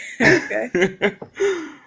okay